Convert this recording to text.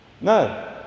no